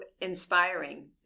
inspiring